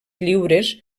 lliures